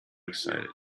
excited